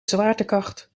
zwaartekracht